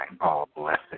all-blessed